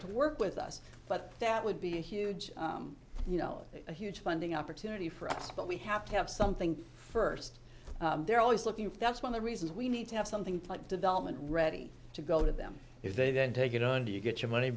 to work with us but that would be a huge you know a huge funding opportunity for us but we have to have something first they're always looking for that's when the reasons we need to have something like development ready to go to them is they then take it on do you get your money